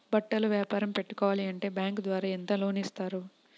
బట్టలు వ్యాపారం పెట్టుకోవాలి అంటే బ్యాంకు ద్వారా ఎంత లోన్ ఇస్తారు?